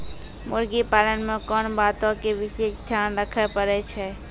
मुर्गी पालन मे कोंन बातो के विशेष ध्यान रखे पड़ै छै?